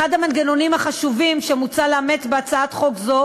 אחד המנגנונים החשובים שמוצע לאמצם בהצעת חוק זו